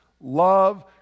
love